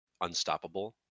unstoppable